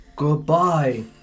Goodbye